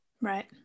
Right